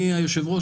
היושב-ראש,